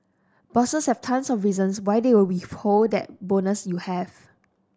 bosses have tons of reasons why they will withhold that bonus you have